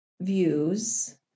views